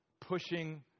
pushing